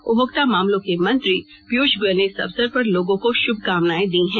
उपभोक्ता मामलों के मंत्री पीयूष गोयल ने इस अवसर पर लोगों को शुभकामनाएं दी हैं